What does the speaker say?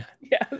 Yes